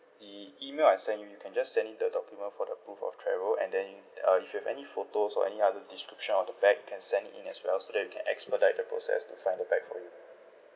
the email I send you you can just send in the document for the proof of travel and then uh if you have any photos or any other description of the bag you can send it in as well so that we can expedite the process to find the bag for you